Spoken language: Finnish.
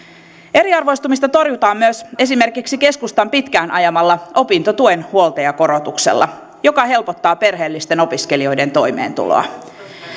eriarvoistumista torjutaan myös esimerkiksi keskustan pitkään ajamalla opintotuen huoltajakorotuksella joka helpottaa perheellisten opiskelijoiden toimeentuloa